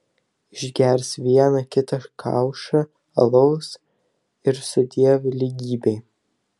išgers vieną kita kaušą alaus ir sudiev lygybei